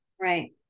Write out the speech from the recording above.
right